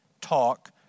talk